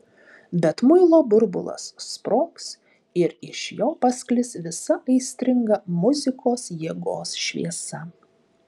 bet muilo burbulas sprogs ir iš jo pasklis visa aistringa muzikos jėgos šviesa